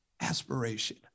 aspiration